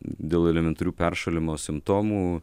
dėl elementarių peršalimo simptomų